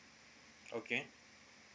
okay